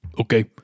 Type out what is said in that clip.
Okay